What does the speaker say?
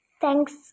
Thanks